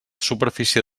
superfície